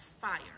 fire